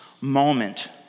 moment